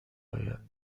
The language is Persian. آینده